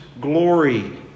glory